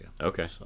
Okay